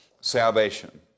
salvation